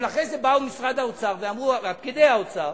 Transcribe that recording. אבל אחרי זה באו פקידי האוצר